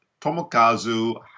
Tomokazu